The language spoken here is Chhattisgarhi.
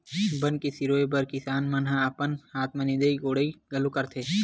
बन के सिरोय बर किसान मन ह अपन हाथ म निंदई कोड़ई घलो करथे